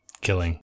killing